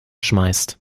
schmeißt